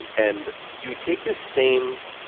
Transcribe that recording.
and and you take the same